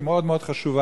היא מאוד מאוד חשובה.